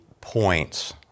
points